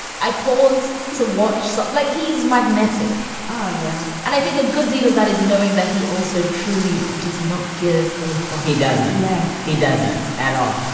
i pause to watch. so like he's magnetic. oh, yeah. and i think a good deal of that is knowing that he also truly does not give a full he doesn't. yes. he doesn't at all.